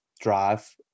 drive